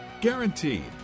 Guaranteed